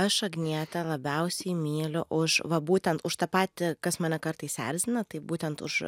aš agnietę labiausiai myliu už va būtent už tą patį kas mane kartais erzina tai būtent už